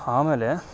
ಆಮೇಲೆ